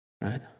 Right